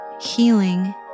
healing